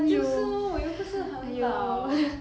就是 orh 我又不是很老